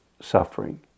suffering